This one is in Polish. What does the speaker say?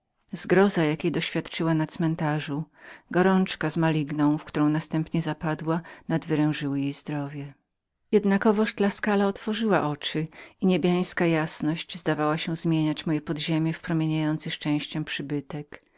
zgroza jakiej doświadczyła na cmentarzu gorączka trawiąca w którą następnie była zapadła przyprowadziły ją do tego stanu jednakowoż tuskula otworzyła oczy i niebieska jasność zdawała się zmieniać moje podziemie w promieniejący szczęściem pobyt